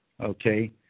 okay